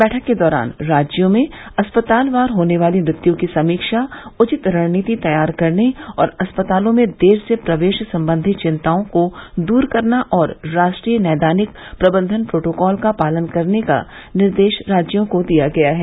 बैठक के दौरान राज्यों में अस्पताल वार होने वाली मृत्यु की समीक्षा उचित रणनीति तैयार करने अस्पतालों में देर से प्रवेश संबंधी चिंताओं को दूर करना और राष्ट्रीय नैदानिक प्रबंधन प्रोटोकॉल का पालन करने का निर्देश राज्यों को दिया गया है